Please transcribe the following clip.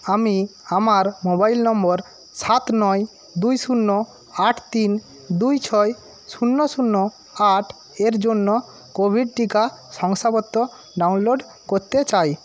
আমি আমার mobile number সাত নয় দুই শূন্য আট তিন দুই ছয় শূন্য শূন্য আট এর জন্য কোভিড টিকা শংসাপত্র ডাউনলোড করতে চাই